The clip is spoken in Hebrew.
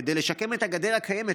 כדי לשקם את הגדר הקיימת?